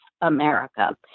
America